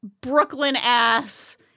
Brooklyn-ass